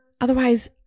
Otherwise